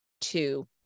two